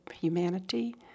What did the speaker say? humanity